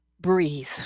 breathe